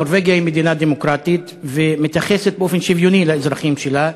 נורבגיה היא מדינה דמוקרטית ומתייחסת באופן שוויוני לאזרחים שלה,